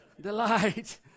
Delight